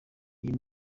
nayo